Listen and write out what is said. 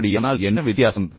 அப்படியானால் என்ன வித்தியாசம்